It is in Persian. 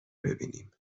ببینیم